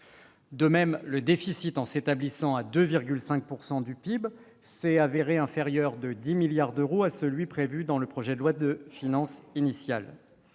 De même, le déficit, en s'établissant à 2,5 % du PIB, s'est révélé inférieur de 10 milliards d'euros à celui prévu qui était en projet de loi de finances initiale.